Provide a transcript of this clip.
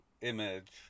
image